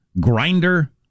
grinder